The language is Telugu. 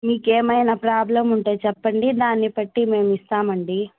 మీకు ఏమైనా ప్రాబ్లం ఉంటే చెప్పండి దాన్ని బట్టి మేము ఇస్తాం అండి